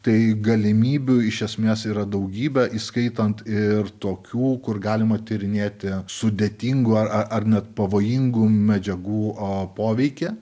tai galimybių iš esmės yra daugybė įskaitant ir tokių kur galima tyrinėti sudėtingų a ar ar net pavojingų medžiagų poveikį